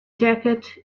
jacket